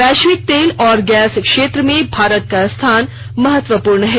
वैश्विक तेल और गैस क्षेत्र में भारत का स्थान महत्वपूर्ण है